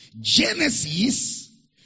Genesis